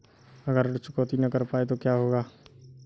अगर ऋण चुकौती न कर पाए तो क्या होगा?